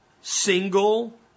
single